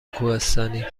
کوهستانی